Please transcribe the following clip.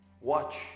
watch